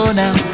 now